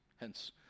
hence